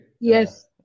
Yes